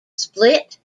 split